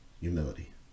humility